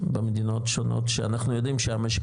במדינות שונות שאנחנו יודעים שהמשק